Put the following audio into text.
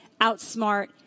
outsmart